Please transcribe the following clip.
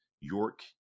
York